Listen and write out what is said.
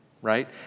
right